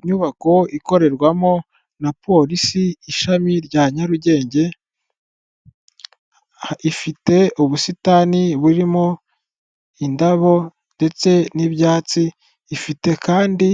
Inyubako ikorerwamo na polisi ishami rya Nyarugenge, ifite ubusitani burimo indabo ndetse n'ibyatsi, ifite kandi